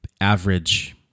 average